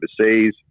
overseas